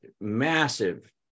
massive